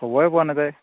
খবৰে পোৱা নাযায়